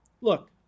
Look